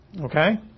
Okay